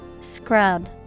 Scrub